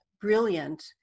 brilliant